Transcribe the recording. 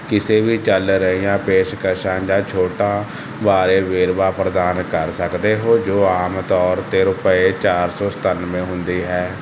ਕਿਸੇ ਵੀ ਚੱਲ ਰਹੀਆਂ ਪੇਸ਼ਕਸ਼ਾਂ ਜਾਂ ਛੋਟਾਂ ਬਾਰੇ ਵੇਰਵੇ ਪ੍ਰਦਾਨ ਕਰ ਸਕਦੇ ਹੋ ਜੋ ਆਮ ਤੌਰ 'ਤੇ ਰੁਪਏ ਚਾਰ ਸੌ ਸਤਾਨਵੇਂ ਹੁੰਦੀ ਹੈ